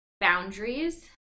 boundaries